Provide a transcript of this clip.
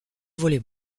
volley